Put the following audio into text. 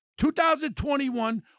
2021